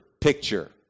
picture